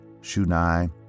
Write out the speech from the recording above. Shunai